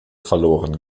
verloren